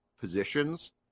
positions